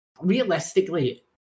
realistically